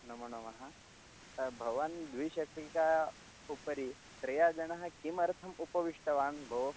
नमो नमः भवान् द्विचक्रिकायाः उपरि त्रयः जनाः किमर्थम् उपविष्टवन्तः भो